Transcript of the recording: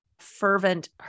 Fervent